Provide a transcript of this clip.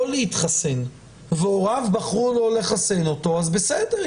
להתחסן והוריו בחרו לא לחסן אותו אז בסדר,